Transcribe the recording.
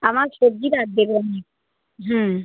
আমার সবজি লাগবে হুম